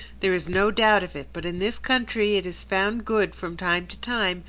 there is no doubt of it but in this country it is found good, from time to time,